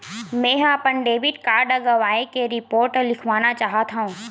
मेंहा अपन debit card गवाए के रिपोर्ट लिखना चाहत हव